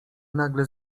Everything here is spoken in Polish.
nagle